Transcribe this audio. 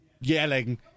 yelling